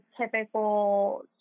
typical